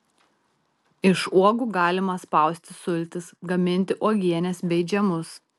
iš uogų galima spausti sultis gaminti uogienes bei džemus